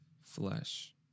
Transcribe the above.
flesh